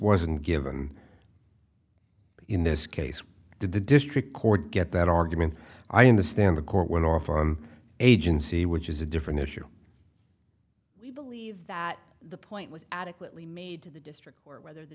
wasn't given in this case did the district court get that argument i understand the court went off on agency which is a different issue we believe that the point was adequately made to the district or whether the